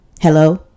Hello